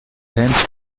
tempo